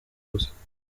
gusa